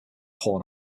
horn